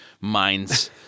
minds